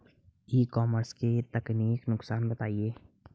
ई commerce के तकनीकी नुकसान बताएं?